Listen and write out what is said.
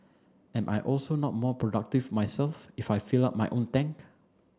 am I also not more productive myself if I filled up my own tank